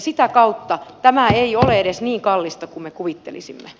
sitä kautta tämä ei ole edes niin kallista kuin me kuvittelisimme